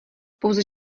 pouze